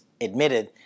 admitted